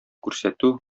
күрсәтү